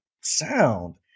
sound